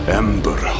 ember